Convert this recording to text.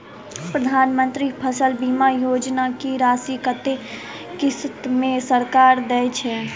प्रधानमंत्री फसल बीमा योजना की राशि कत्ते किस्त मे सरकार देय छै?